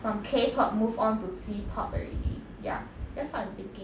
from K pop move on to C pop already ya that's what I'm thinking